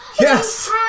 Yes